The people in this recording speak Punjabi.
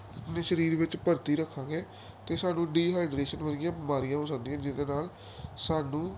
ਆਪਣੇ ਸਰੀਰ ਵਿੱਚ ਭਰਤੀ ਰੱਖਾਂਗੇ ਤਾਂ ਸਾਨੂੰ ਡੀਹਾਈਡ੍ਰੇਸ਼ਨ ਵਰਗੀਆਂ ਬਿਮਾਰੀਆਂ ਹੋ ਸਕਦੀਆਂ ਜਿਹਦੇ ਨਾਲ ਸਾਨੂੰ